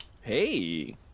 hey